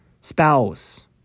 spouse